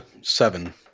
Seven